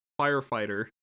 firefighter